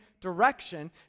direction